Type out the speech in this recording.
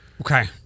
Okay